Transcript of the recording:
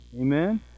Amen